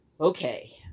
okay